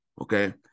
Okay